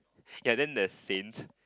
ya then the saint